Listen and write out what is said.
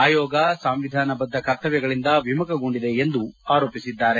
ಆಯೋಗ ಸಾಂವಿಧಾನ ಬದ್ದ ಕರ್ತಮ್ಗಳಂದ ವಿಮುಖಗೊಂಡಿದೆ ಎಂದು ಆರೋಪಿಸಿದ್ದಾರೆ